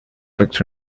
tricks